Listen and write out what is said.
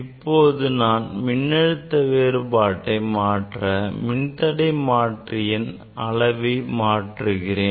இப்போது நான் மின்னழுத்த வேறுபாட்டை மாற்ற மின்தடை மாற்றியின் அளவை மாற்றுகிறேன்